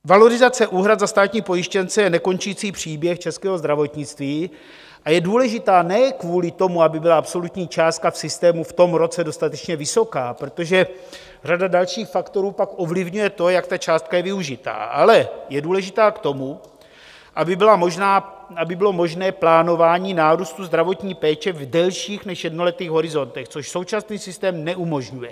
Valorizace úhrad za státní pojištěnce je nekončící příběh českého zdravotnictví a je důležitá ne kvůli tomu, aby byla absolutní částka v systému v tom roce dostatečně vysoká, protože řada dalších faktorů pak ovlivňuje to, jak ta částka je využita, ale je důležitá k tomu, aby bylo možné plánování nárůstu zdravotní péče v delších než jednoletých horizontech, což současný systém neumožňuje.